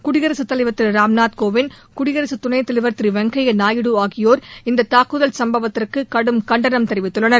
குடியரசுத் தலைவர் திரு ராம்நாத்கோவிந்த் குடியரசு துணை தலைவர் திரு வெங்கய்யா நாயுடு ஆகியோர் இந்த தாக்குதல் சம்பத்திற்கு கடும் கண்டனம் தெரிவித்துள்ளனர்